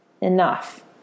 Enough